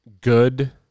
good